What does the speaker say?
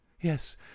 Yes